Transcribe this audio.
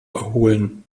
erholen